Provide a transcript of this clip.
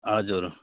हजुर